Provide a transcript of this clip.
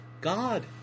God